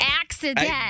accident